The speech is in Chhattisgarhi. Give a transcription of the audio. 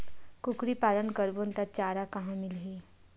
कुकरी पालन करबो त चारा कहां मिलही?